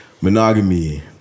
Monogamy